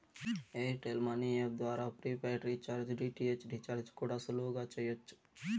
air tell money app ద్వారా prepaid recharge, DTH recharge కూడా సులువుగా చెయ్యచ్చు